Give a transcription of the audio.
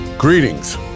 Greetings